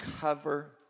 cover